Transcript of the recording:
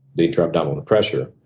the inter abdominal pressure,